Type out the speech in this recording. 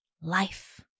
life